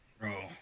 Bro